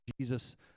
Jesus